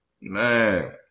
Man